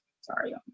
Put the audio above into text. sorry